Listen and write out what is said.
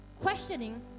questioning